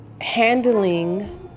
handling